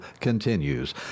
continues